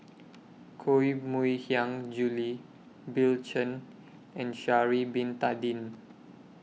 Koh Mui Hiang Julie Bill Chen and Sha'Ari Bin Tadin